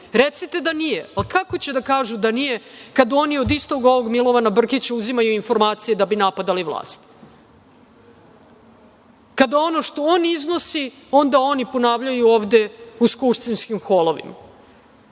recite da nije, ali kako će da kažu da nije kada oni od istog ovog Milovana Brkića uzimaju informacije da bi napadali vlast, kada ono što on iznosi oni ponavljaju ovde u skupštinskim holovima.